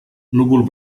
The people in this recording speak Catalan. núvol